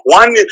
one